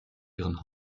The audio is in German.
ihren